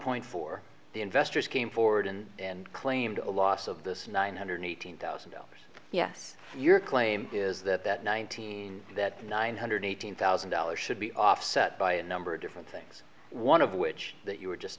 point four the investors came forward and claimed a loss of this nine hundred eighteen thousand dollars yes your claim is that that nineteen that nine hundred eighteen thousand dollars should be offset by a number of different things one of which that you were just